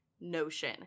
notion